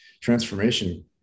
Transformation